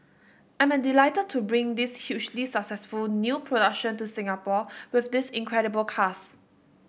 I am delighted to bring this hugely successful new production to Singapore with this incredible cast